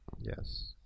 Yes